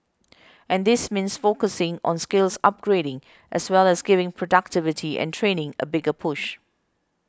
and this means focusing on skills upgrading as well as giving productivity and training a bigger push